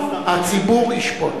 הציבור ישפוט.